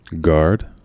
Guard